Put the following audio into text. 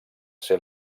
ser